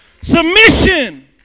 Submission